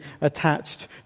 attached